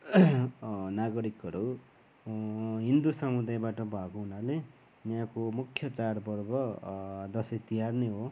नागरिकहरू हिन्दु समुदायबाट भएको हुनाले यहाँको मुख्य चाड पर्व दसैँ तिहार नै हो